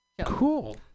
cool